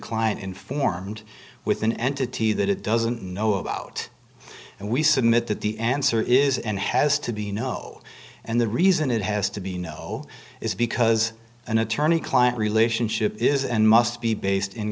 client informed with an entity that it doesn't know about and we submit that the answer is and has to be no and the reason it has to be no is because an attorney client relationship is and must be based in